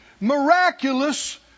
Miraculous